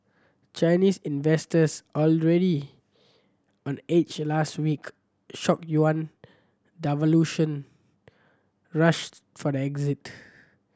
Chinese investors already on edge last week shock yuan rushed for the exit